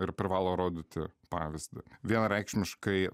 ir privalo rodyti pavyzdį vienareikšmiškai